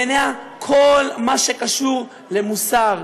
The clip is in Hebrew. בעיניה כל מה שקשור למוסר,